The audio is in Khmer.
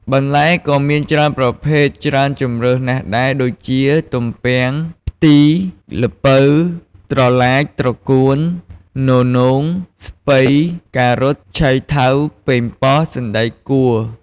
បន្លែក៏មានច្រើនប្រភេទច្រើនជម្រើសណាស់ដែរ ដូចជា ទំពាំង ផ្ទី ល្ពៅ ត្រឡាច ត្រកួន ននោង ស្ពៃ ការ៉ុត ឆៃថាវ ប៉េងប៉ោះ សណ្តែកគួរ។